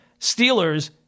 Steelers